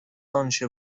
آنچه